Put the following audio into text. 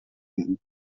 him